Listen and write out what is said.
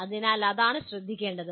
അതിനാൽ അതാണ് ശ്രദ്ധിക്കേണ്ടത്